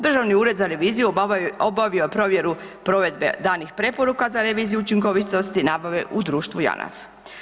Državni ured za reviziju obavio je provjeru provedbe danih preporuka za reviziju učinkovitosti nabave u društvu Janaf.